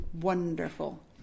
Wonderful